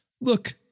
Look